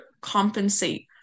compensate